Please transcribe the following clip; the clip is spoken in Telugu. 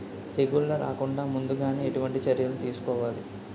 తెగుళ్ల రాకుండ ముందుగానే ఎటువంటి చర్యలు తీసుకోవాలి?